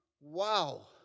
Wow